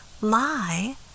lie